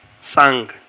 sang